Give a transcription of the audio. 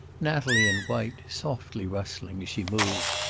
natalie in white, softly rustling as she moved,